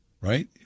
right